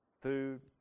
food